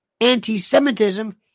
anti-Semitism